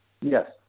Yes